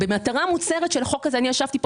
במטרה מוצהרת של החוק הזה אני ישבתי פה